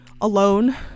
alone